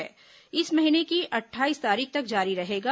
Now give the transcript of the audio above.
यह इस महीने की अट्ठाईस तारीख तक जारी रहेगा